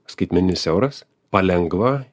skaitmeninis euras palengva